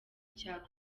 cya